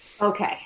okay